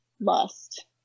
lust